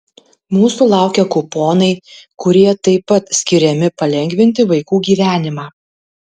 mūsų laukia kuponai kurie taip pat skiriami palengvinti vaikų gyvenimą